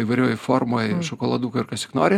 įvairioj formoj šokoladukai ar kas tik nori